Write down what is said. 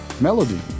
melody